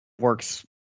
works